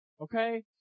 Okay